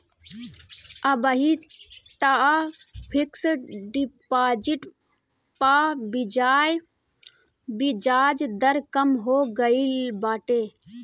अबही तअ fix deposit पअ बियाज दर कम हो गईल बाटे